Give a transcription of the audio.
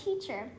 teacher